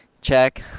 Check